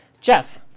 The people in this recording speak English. Jeff